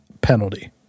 penalty